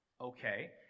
Okay